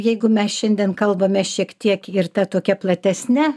jeigu mes šiandien kalbame šiek tiek ir ta tokia platesne